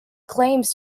claims